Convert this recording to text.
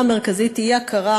אבל זה לא נכון.